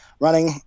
running